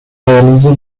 réaliser